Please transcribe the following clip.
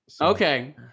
Okay